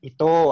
Ito